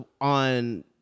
on